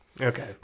Okay